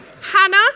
Hannah